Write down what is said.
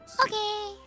okay